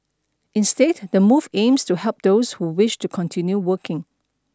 instead the move aims to help those who wish to continue working